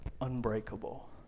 unbreakable